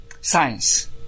science